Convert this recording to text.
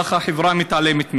אך החברה מתעלמת מהם.